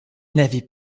n’avaient